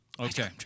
Okay